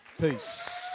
Peace